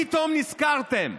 פתאום נזכרתם,